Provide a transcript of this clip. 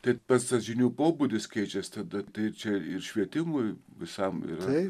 tai ir pats tas žinių pobūdis keičiasi tada tai čia ir švietimui visam yra